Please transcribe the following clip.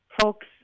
folks